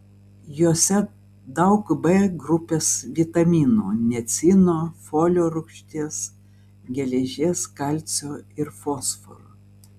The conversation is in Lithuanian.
juose daug b grupės vitaminų niacino folio rūgšties geležies kalcio ir fosforo